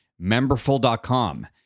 memberful.com